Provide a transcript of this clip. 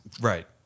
Right